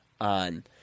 on